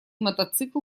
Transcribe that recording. мотоцикл